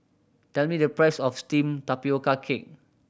tell me the price of steamed tapioca cake